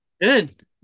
Good